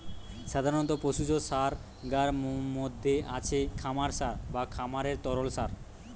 সাধারণ পশুজ সারগার মধ্যে আছে খামার সার বা খামারের তরল সার